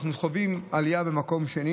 אנחנו חווים עלייה במקום אחר.